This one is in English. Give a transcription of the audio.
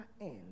end